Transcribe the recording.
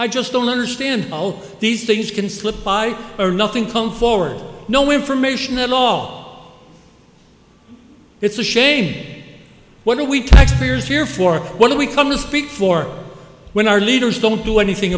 i just don't understand all these things can slip by or nothing come forward no information the law it's a shame what are we taxpayers here for what do we come to speak for when our leaders don't do anything